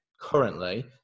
currently